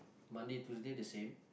Monday Tuesday the same